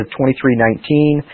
23:19